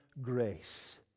grace